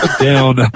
down